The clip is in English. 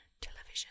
television